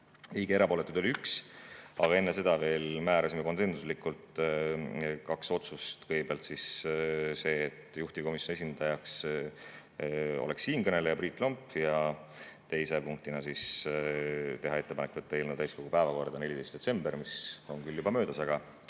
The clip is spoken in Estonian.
1 ja erapooletuid oli 1. Aga enne seda veel [tegime] konsensuslikult kaks otsust: kõigepealt see, et juhtivkomisjoni esindajaks oleks siinkõneleja Priit Lomp, ja teise punktina teha ettepanek võtta eelnõu täiskogu päevakorda 14. detsembriks, mis on küll juba möödas. Aga